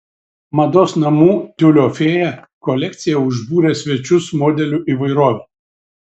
mados namų tiulio fėja kolekcija užbūrė svečius modelių įvairove